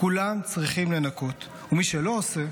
כולם צריכים לנקות --- ומי שלא עושה,